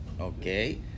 Okay